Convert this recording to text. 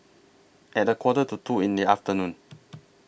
At A Quarter to two in The afternoon